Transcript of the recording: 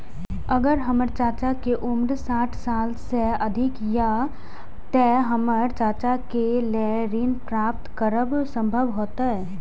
अगर हमर चाचा के उम्र साठ साल से अधिक या ते हमर चाचा के लेल ऋण प्राप्त करब संभव होएत?